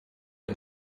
the